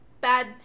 bad